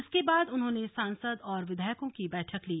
इसके बाद उन्होंने सांसद और विधायकों की बैठक ली